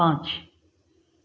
पाँच